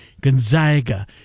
Gonzaga